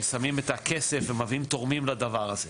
מביאים את הכסף ומביאים תורמים לדבר הזה.